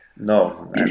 no